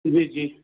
जी जी